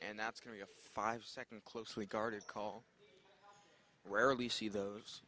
and that's going to a five second closely guarded call rarely see those